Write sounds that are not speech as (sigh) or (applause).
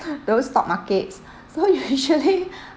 (laughs) those stock markets so usually (laughs)